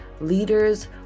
leaders